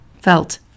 felt